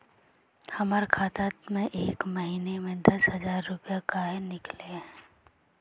हमर खाता में एक महीना में दसे हजार रुपया काहे निकले है?